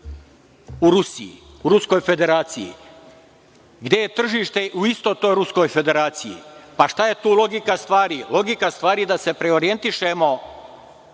u Rusiji, u Ruskoj Federacije. Gde je tržište? U istoj toj Ruskoj Federaciji. Pa šta je tu logika stvari? Logika stvari je da se preorijentišemo